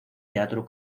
teatro